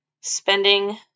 spending